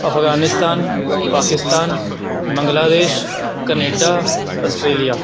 Afghanistan Pakistan Bangladesh Canada Australia